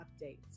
updates